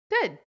Good